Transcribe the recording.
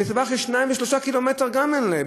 בטווח של שניים ושלושה קילומטרים גם אין להם,